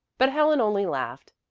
but helen only laughed.